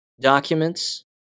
Documents